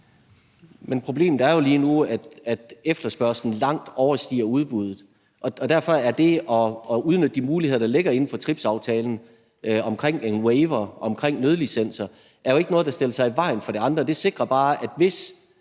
problemet er jo lige nu, at efterspørgslen langt overstiger udbuddet, og derfor er det at udnytte de muligheder, der ligger inden for TRIPS-aftalen, for en waiver, for nødlicenser, jo ikke noget, der stiller sig i vejen for de andre. Det sikrer bare, at hvis